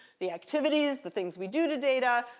the activities, the things we do to data,